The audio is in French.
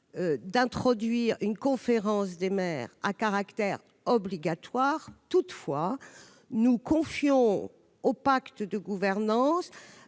proposons une conférence des maires à caractère obligatoire. Toutefois, nous confions au pacte de gouvernance